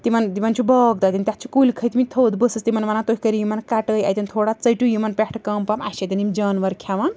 تِمَن تِمَن چھُ باغ تَتیٚن تَتھ چھِ کُلۍ کھٔتۍ مِتۍ تھوٚد بہٕ ٲسِس تِمَن وَنان تُہۍ کٔرو یِمَن کَٹٲے اَتیٚن تھوڑا ژٔٹیٛو یِمَن پٮ۪ٹھہٕ کَم پَہم اسہِ چھِ یتیٚن جانور کھیٚوان